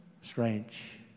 Strange